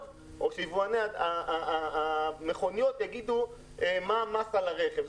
או שיבואני המכוניות יאמרו מה סל הרכב.